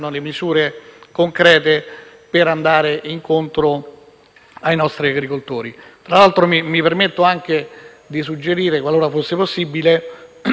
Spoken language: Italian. Tra l'altro, mi permetto di suggerire, qualora fosse possibile, di dare un'indicazione anche alle Regioni, perché molto spesso